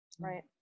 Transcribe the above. Right